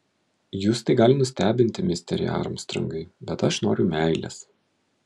jus tai gali nustebinti misteri armstrongai bet aš noriu meilės